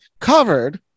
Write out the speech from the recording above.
covered